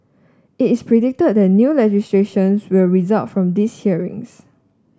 it is predicted that new legislation will result from these hearings